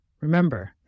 Remember